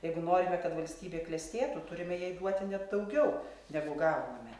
jeigu norime kad valstybė klestėtų turime jai duoti net daugiau negu gauname